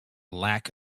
lack